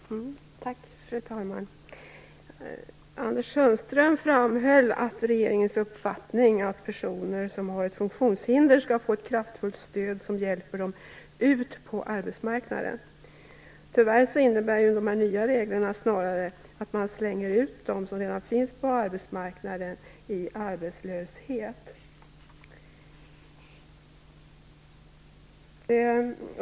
Fru talman! Anders Sundström framhöll att regeringens uppfattning är att personer som har ett funktionshinder skall få ett kraftfullt stöd som hjälper dem ut på arbetsmarknaden. Tyvärr innebär de här nya reglerna snarare att man slänger ut dem som redan finns på arbetsmarknaden i arbetslöshet.